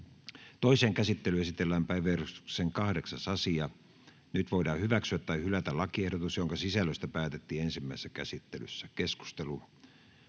Toiseen käsittelyyn esitellään päiväjärjestyksen 7. asia. Nyt voidaan hyväksyä tai hylätä lakiehdotukset, joiden sisällöstä päätettiin ensimmäisessä käsittelyssä. — Keskustelu,